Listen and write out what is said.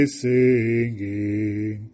singing